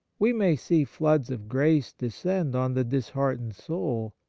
we may see floods of grace descend on the disheartened soul,